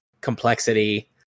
complexity